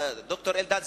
ד"ר אלדד,